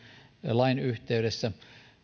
lain yhteydessä